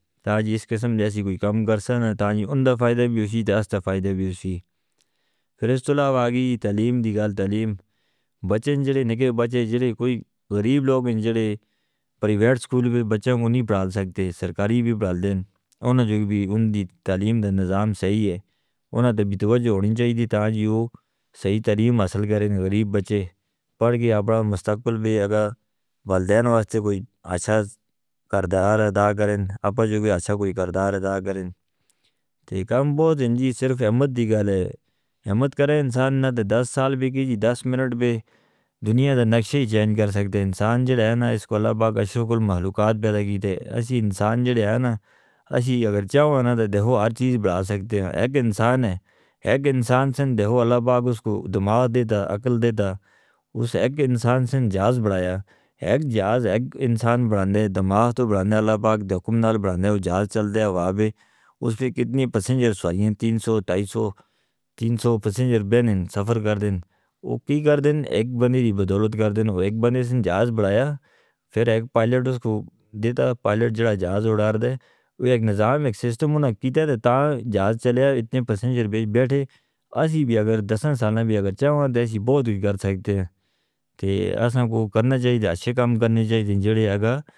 تاں جیس قسم دے سی کوئی کم کر سنا تاں ہی ان دا فائدہ بھی اسی دس دا فائدہ بھی اسی پھر اس طرح باقی تعلیم دی گل تعلیم بچن جڑے نکے بچیں جڑے کوئی غریب لوگ ہیں جڑے پرائیویٹ سکول بھی بچانوں نہیں پڑھا سکتے سرکاری بھی پڑھا دیں انہوں جو بھی ان دی تعلیم دا نظام صحیح ہے انہوں تے بھی توجہ ہونی چاہیے تاں جی وہ صحیح تعلیم حاصل کریں غریب بچے پڑھ گئے اپنا مستقبل بے اگہ والدین واسے کوئی اچھا کردار ادا کریں اپنا جو بھی اچھا کوئی کردار ادا کریں تے کم بہت انجی صرف حمد دی گل ہے حمد کریں انسان نہ تے دس سال بھی کیجی دس منٹ بھی دنیا دا نقشہ ہی چینج کر سکتے ہیں۔ انسان جڑا ہے نا اس کو اللہ پاک اپنے مخلوقات پیدا کیتے ہیں اسی انسان جڑے ہیں نا اگر چاہو ہیں نا تو دیکھو ہر چیز بڑھا سکتے ہیں۔ ایک انسان ہے ایک انسان سے دیکھو اللہ پاک اس کو دماغ دیتا عقل دیتا اس ایک انسان سے جاز بڑھایا ایک جاز ایک انسان بڑھانے دماغ تو بڑھانے اللہ پاک دے حکم نال بڑھنے وہ جاز چل دے ہوا بھی اس پہ کتنی پسنجر سوائیاں تین سو تائی سو تین سو پسنجر بین ہیں سفر کر دیں وہ کی کر دیں ایک بنی دی بدولت کر دیں وہ ایک بنی سے جاز بڑھایا پھر ایک پائلٹ اس کو دیتا پائلٹ جڑا جاز اڑاردے وہ ایک نظام ایک سسٹم انہیں کیتے تھے تاں جاز چلیا اتنے پسنجر بیش بیٹھے اسی بھی اگر دسنے سالہ بھی اگر چاہو ہیں تو ایسی بہت بھی کر سکتے ہیں تے اسنا کو کرنا چاہیے اچھے کم کرنے چاہیے جڑے ہیں گا.